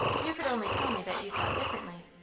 you could only tell me that you thought differently.